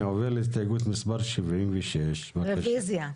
אני עובר להסתייגות מספר 70. רוויזיה.